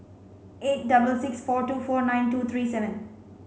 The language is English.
eight double six four two four nine two three seven